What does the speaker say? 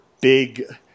big